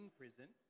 prison